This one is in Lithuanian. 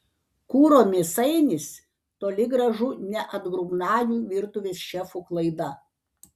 kuro mėsainis toli gražu ne atgrubnagių virtuvės šefų klaida